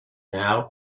now